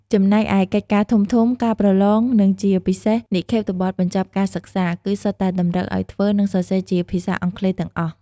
ចំណែកឯកិច្ចការធំៗ ការប្រឡង និងជាពិសេស និក្ខេបបទបញ្ចប់ការសិក្សា គឺសុទ្ធតែតម្រូវឱ្យធ្វើ និងសរសេរជា ភាសាអង់គ្លេស ទាំងអស់។